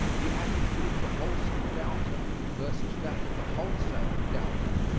the attitude of the wholesome doubter versus that of the wholesale doubter.